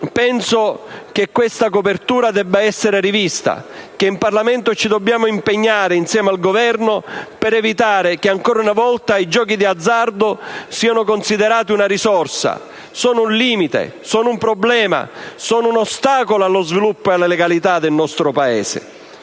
Penso che questa copertura debba essere rivista; penso che in Parlamento ci dobbiamo impegnare insieme al Governo per evitare che ancora una volta i giochi d'azzardo siano considerati una risorsa: sono un limite, sono un problema, sono un ostacolo allo sviluppo e alla legalità del nostro Paese.